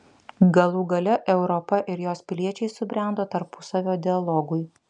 galų gale europa ir jos piliečiai subrendo tarpusavio dialogui